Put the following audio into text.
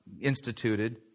Instituted